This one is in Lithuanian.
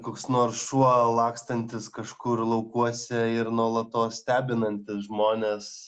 koks nors šuo lakstantis kažkur laukuose ir nuolatos stebinantis žmones